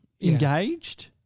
engaged